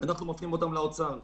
אנחנו מפנים אותם לאוצר.